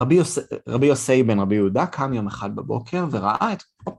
רבי יוסי בן רבי יהודה קם יום אחד בבוקר וראה את...